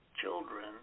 children